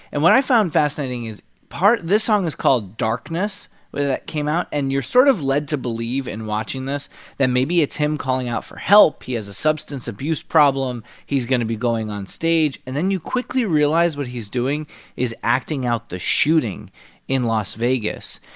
and what i found fascinating is part this song is called darkness that came out. and you're sort of led to believe in watching this then maybe it's him calling out for help. he has a substance abuse problem. he's going to be going on stage. and then you quickly realize what he's doing is acting out the shooting in las vegas.